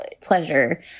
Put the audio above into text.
pleasure